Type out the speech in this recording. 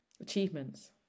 Achievements